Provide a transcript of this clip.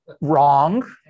wrong